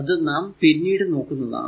അത് നാം പിന്നീട് നോക്കുന്നതാണ്